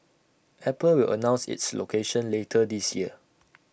apple will announce its location later this year